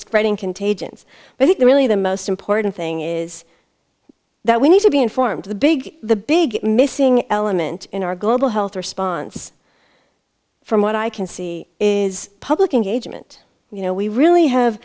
spreading contagions i think really the most important thing is that we need to be informed the big the big missing element in our global health response from what i can see is public and agent you know we really have